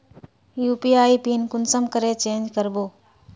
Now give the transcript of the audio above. UPI PIN कुंसम करे change करबो?